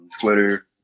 Twitter